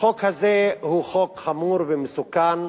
החוק הזה הוא חוק חמור ומסוכן,